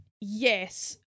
yes